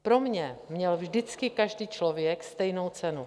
Pro mě měl vždycky každý člověk stejnou cenu.